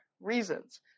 reasons